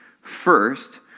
First